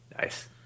Nice